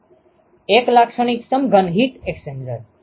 એક લાક્ષણિક સઘન હીટ એક્સ્ચેન્જર